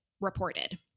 reported